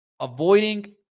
avoiding